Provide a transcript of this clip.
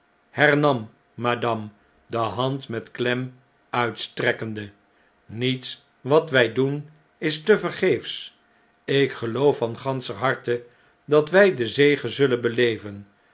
madame de hand met klem uitstrekkende niets wat wjj doen is tevergeefs ikgeloofvan ganscher harte dat wij de zege zullen beleven